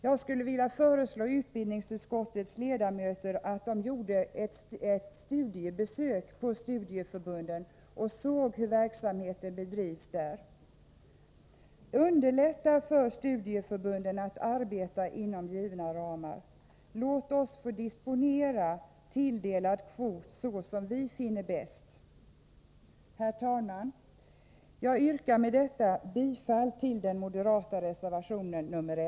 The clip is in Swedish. Jag skulle vilja föreslå utbildningsutskottets ledamöter att de gjorde ett studiebesök på studieförbunden och såg hur verksamheten bedrivs där. Underlätta för studieförbunden att arbeta inom givna ramar! Låt oss få disponera tilldelad kvot så som vi finner bäst! Herr talman! Jag yrkar med detta bifall till den moderata reservationen nr i